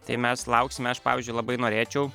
tai mes lauksime aš pavyzdžiui labai norėčiau